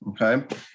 Okay